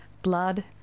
Blood